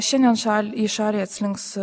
šiandien šal į šalį atslinks